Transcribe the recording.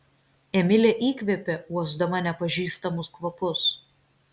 emilė įkvėpė uosdama nepažįstamus kvapus